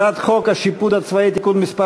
הצעת חוק השיפוט הצבאי (תיקון מס'